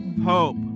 hope